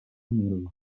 mil